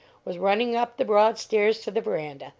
was running up the broad stairs to the veranda,